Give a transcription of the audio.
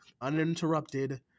uninterrupted